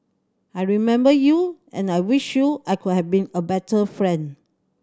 I remember you and I wish you I could have been a better friend